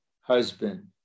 husband